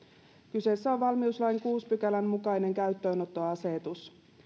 kyseessä on valmiuslain kuudennen pykälän mukainen käyttöönottoasetus